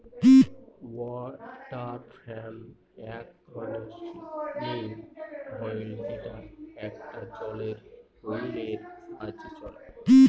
water frame এক ধরনের spinning wheel যেটা একটা জলের হুইলের সাহায্যে চলে